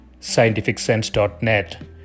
scientificsense.net